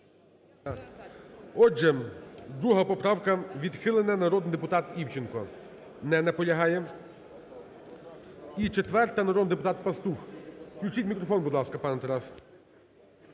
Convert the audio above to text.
Отже, 2 поправка відхилена. Народний депутат Івченко не наполягає. І 4-а, народний депутат Пастух. Включіть мікрофон, будь ласка, пану Тарасу.